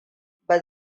ban